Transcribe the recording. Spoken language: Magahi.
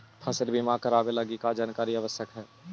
फसल बीमा करावे लगी का का जानकारी आवश्यक हइ?